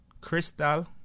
crystal